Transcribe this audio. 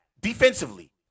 defensively